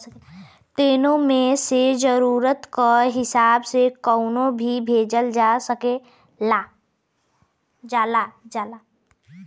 तीनो मे से जरुरत क हिसाब से कउनो भी भेजल जा सकल जाला